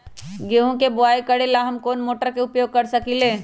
गेंहू के बाओ करेला हम कौन सा मोटर उपयोग कर सकींले?